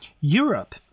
europe